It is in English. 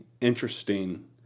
interesting